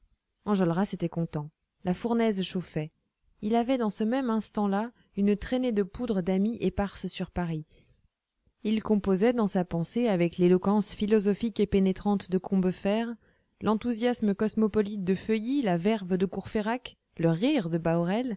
enjolras était content la fournaise chauffait il avait dans ce même instant-là une traînée de poudre d'amis éparse sur paris il composait dans sa pensée avec l'éloquence philosophique et pénétrante de combeferre l'enthousiasme cosmopolite de feuilly la verve de courfeyrac le rire de